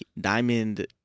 Diamond